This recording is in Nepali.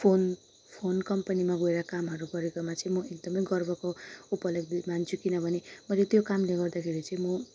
फोन फोन कम्पनीमा गएर कामहरू गरेकोमा चाहिँ म एकदमै गर्वको उपलब्धि मान्छु किनभने मैले त्यो कामले गर्दाखेरि चाहिँ म